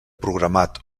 programat